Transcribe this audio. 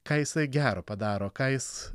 ką jisai gero padaro kas jis